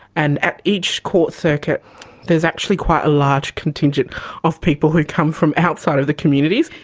and at each court circuit is actually quite a large contingent of people who come from outside of the communities.